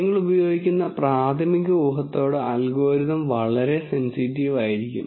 നിങ്ങൾ ഉപയോഗിക്കുന്ന പ്രാഥമിക ഊഹത്തോട് അൽഗോരിതം വളരെ സെൻസിറ്റീവ് ആയിരിക്കും